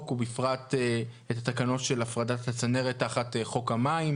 ובפרט את התקנות של הפרדת הצנרת תחת חוק המים,